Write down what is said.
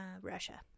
Russia